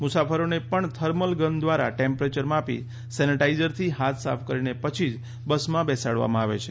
મુસાફરોને પણ thermal gun દ્વારા ટેમ્પરેચર માપી સેનેટાઇઝરથી હાથ સાફ કરીને પછી જ બસમાં બેસાડવામાં આવે છે